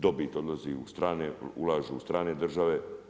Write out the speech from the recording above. Dobit odlazi u strane, ulažu u strane države.